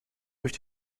durch